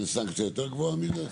אין סנקציה יותר גבוהה מזה?